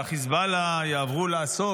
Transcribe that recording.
שהחיזבאללה יעברו לעסוק,